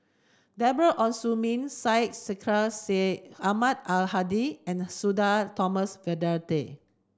Deborah Ong Hui Min Syed Sheikh Syed Ahmad Al Hadi and Sudhir Thomas Vadaketh